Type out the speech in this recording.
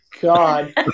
God